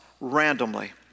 randomly